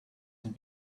and